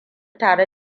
tare